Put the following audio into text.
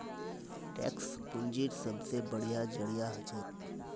tax पूंजीर सबसे बढ़िया जरिया हछेक